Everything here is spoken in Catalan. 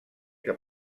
que